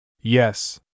Yes